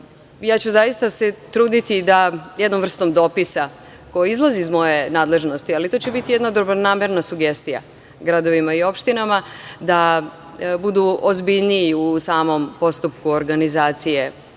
ću se truditi da jednom vrstom dopisa koji izlazi iz moje nadležnosti, ali to će biti jedna dobronamerna sugestija gradovima i opštinama da budu ozbiljniji u samom postupku organizacije